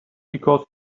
because